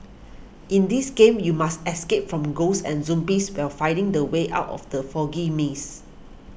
in this game you must escape from ghosts and zombies while finding the way out of the foggy maze